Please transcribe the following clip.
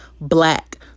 black